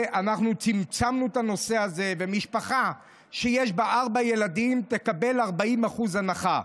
אנחנו צמצמנו את הנושא הזה: משפחה שיש בה ארבעה ילדים תקבל 40% הנחה,